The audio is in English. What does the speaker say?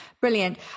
Brilliant